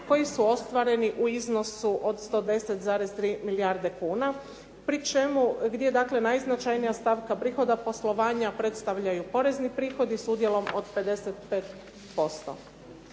koji su ostvareni u iznosu od 10,3 milijarde kuna pri čemu dakle najznačajnija stavka prihoda poslovanja predstavljaju porezni prihodi s udjelom od 55%.